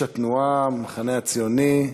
איש התנועה, המחנה הציוני,